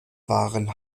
waren